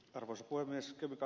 arvoisa puhemies